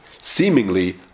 seemingly